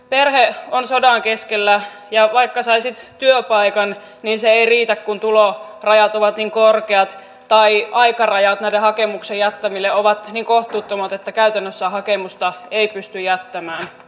perhe on sodan keskellä ja vaikka saisit työpaikan se ei riitä kun tulorajat ovat niin korkeat tai aikarajat näiden hakemuksien jättämiselle ovat niin kohtuuttomat että käytännössä hakemusta ei pysty jättämään